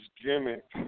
gimmick